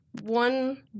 one